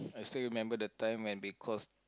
so you remember the time when we because